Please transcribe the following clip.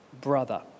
brother